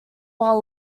while